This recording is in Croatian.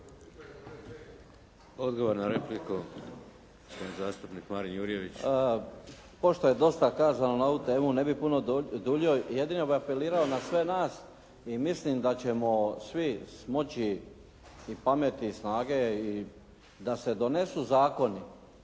Odgovor na repliku, gospodin zastupnik Marin Jurjević. **Jurjević, Marin (SDP)** Pošto je dosta kazano na ovu temu, ne bih puno duljio jedino bi apelirao na sve nas i mislim da ćemo svi smoći i pameti i snage da se donesu zakoni,